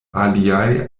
aliaj